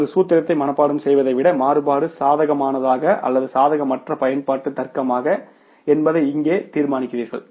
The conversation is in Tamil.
ஒரு சூத்திரத்தை மனப்பாடம் செய்வதை விட மாறுபாடு சாதகமானதா அல்லது சாதகமற்ற பயன்பாட்டு தர்க்கமா என்பதை இங்கே தீர்மானிக்கிறீர்கள்